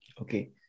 Okay